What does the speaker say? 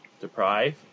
Deprive